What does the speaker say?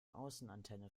außenantenne